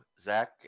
Zach